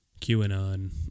QAnon